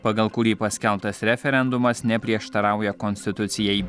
pagal kurį paskelbtas referendumas neprieštarauja konstitucijai